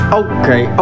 okay